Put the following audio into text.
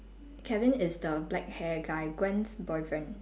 kevin is the black hair guy gwen's boyfriend